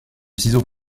ciseaux